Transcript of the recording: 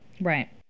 right